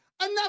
Enough